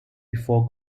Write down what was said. before